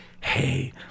hey